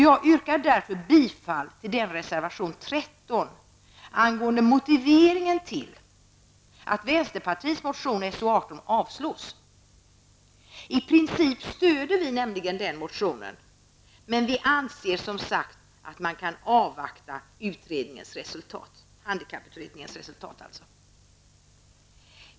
Jag yrkar därför bifall till reservation 13 angående motiveringen till att vänsterpartiets motion So18 avstyrks. Vi stöder nämligen i princip den motionen, men vi anser att man kan avvakta handikapputredningens resultat.